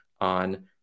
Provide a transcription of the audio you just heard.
on